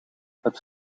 het